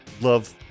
love